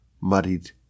muddied